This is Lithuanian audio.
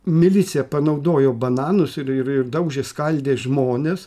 milicija panaudojo bananus ir ir ir daužė skaldė žmones